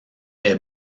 est